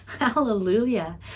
Hallelujah